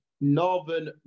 northern